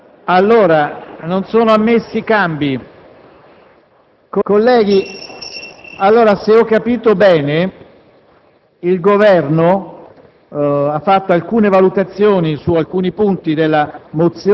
una nuova finestra"). Vorrei comunicare all'Assemblea che è presente in tribuna il ministro della giustizia della Repubblica di Capo Verde,